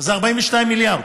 וזה 42 מיליארד.